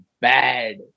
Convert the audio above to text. bad